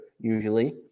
usually